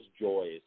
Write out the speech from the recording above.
joys